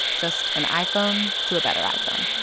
just an iphone to a better iphone